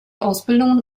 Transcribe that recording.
ausbildungen